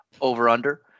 over/under